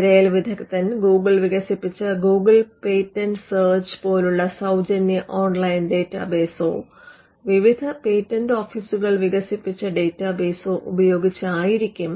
തിരയൽ വിദഗ്ദൻ ഗൂഗിൾ വികസിപ്പിച്ച ഗൂഗിൾ പേറ്റന്റ് സെർച്ച് പോലുള്ള സൌജന്യ ഓൺലൈൻ ഡേറ്റാബേയ്സോ വിവിധ പേറ്റന്റ് ഓഫീസുകൾ വികസിപ്പിച്ച ഡാറ്റാബെയ്സോ ഉപയോഗിച്ചോയിരിക്കും